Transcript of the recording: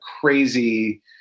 crazy